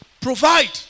provide